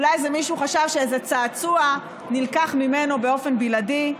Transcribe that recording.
אולי איזה מישהו חשב שאיזה צעצוע נלקח ממנו באופן בלעדי.